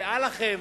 ואל לכם